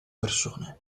persone